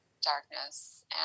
darkness